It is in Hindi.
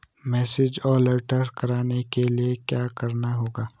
मैसेज अलर्ट करवाने के लिए क्या करना होगा?